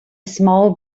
small